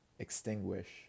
Extinguish